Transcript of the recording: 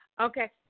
Okay